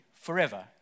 forever